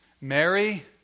Mary